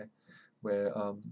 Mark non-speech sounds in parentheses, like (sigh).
(breath) where um